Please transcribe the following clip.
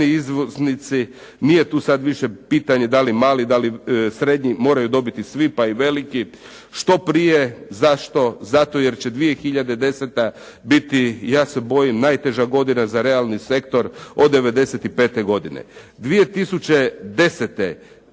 izvoznici. Nije tu sad više pitanje da li mali, da li srednji. Moraju dobiti svi, pa i veliki što prije. Zašto? Zato jer će 2010. biti ja se bojim najteža godina za realni sektor od '95. godine. 2010.